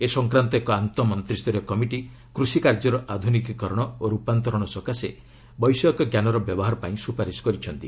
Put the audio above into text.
ଏ ସଂକ୍ରାନ୍ତ ଏକ ଆନ୍ତଃ ମନ୍ତ୍ରୀସ୍ତରୀୟ କମିଟି କୃଷି କାର୍ଯ୍ୟର ଆଧୁନିକୀକରଣ ଓ ରୂପାନ୍ତର ସକାଶେ ବୈଷୟିକଜ୍ଞାନର ବ୍ୟବହାର ପାଇଁ ସୁପାରିଶ କରିଛନ୍ତି